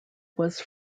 was